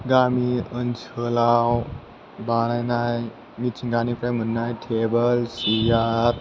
गामि ओनसोलाव बानायनाय मिथिंगानिफ्राय मोननाय थेबोल सियार